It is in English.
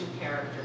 character